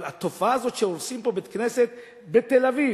אבל התופעה הזאת שהורסים פה בית-כנסת, בתל-אביב,